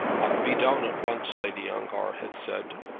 i'll be down at once, lady ongar had said,